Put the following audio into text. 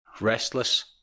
Restless